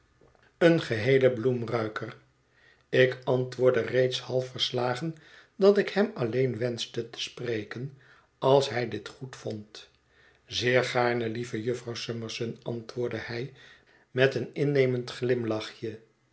een geheelen bloemruiker ik antwoordde reeds half verslagen dat ik hem alleen wenschte te spreken als hij dit goedvond zeer gaarne lieve jufvrouw summerson antwoordde hij met een innemend glimlachje